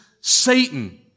Satan